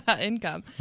income